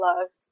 loved